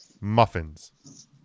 muffins